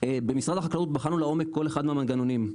במשרד החקלאות בחנו לעומק כל אחד מהמנגנונים,